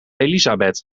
elisabeth